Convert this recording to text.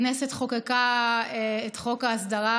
הכנסת חוקקה את חוק ההסדרה,